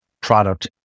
product